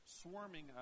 swarming